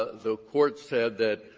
the court said that,